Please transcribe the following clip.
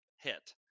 hit